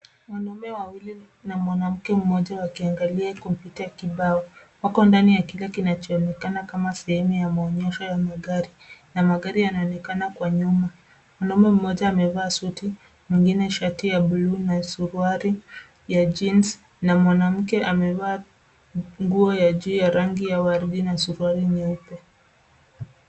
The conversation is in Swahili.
Wanaume wawili na mwanamke mmoja wakiangalia kompyuta kibao. Wako ndani ya kile kinachoonekana kama sehemu ya maonyesho ya magari, na magari yanaonekana kwa nyuma. Mwanaume mmoja amevaa suti, mwingine shati ya blue na suruali ya jeans]cs], na mwanamke amevaa nguo ya juu ya rangi ya waridi na suruali nyeupe.